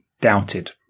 doubted